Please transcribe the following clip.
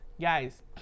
Guys